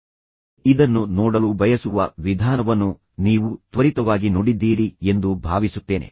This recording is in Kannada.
ನಾನು ಇದನ್ನು ನೋಡಲು ಬಯಸುವ ವಿಧಾನವನ್ನು ನೀವು ತ್ವರಿತವಾಗಿ ನೋಡಿದ್ದೀರಿ ಎಂದು ನಾನು ಭಾವಿಸುತ್ತೇನೆ